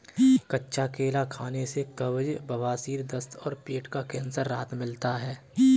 कच्चा केला खाने से कब्ज, बवासीर, दस्त और पेट का कैंसर से राहत मिलता है